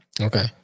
Okay